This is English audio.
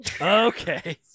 Okay